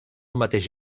mateix